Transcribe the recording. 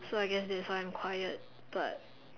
so I guess that's why I'm quiet but